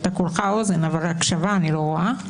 כולך אוזן, אבל הקשבה אני לא רואה.